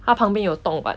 他旁边有洞吧